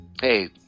Hey